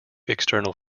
external